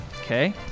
Okay